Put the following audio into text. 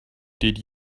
did